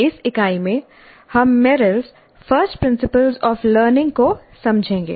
इस इकाई में हम Merrill's first principles of learning Merrill's First Principles of Learning को समझेंगे